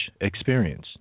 experience